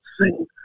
sing